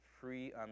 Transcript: free